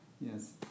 Yes